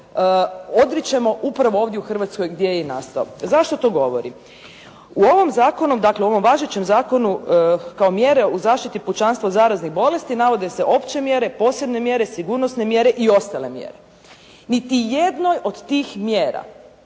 odričemo upravo ovdje u Hrvatskoj gdje je i nastao. Zašto to govorim? U ovom zakonu, dakle, u ovom važećem zakonu, kao mjere u zaštiti pučanstva od zaraznih bolesti, navode se opće mjere, posebne mjere, sigurnosne mjere i ostale mjere. Niti jednoj od tih mjera,